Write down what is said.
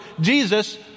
Jesus